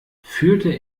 führte